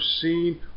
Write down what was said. seen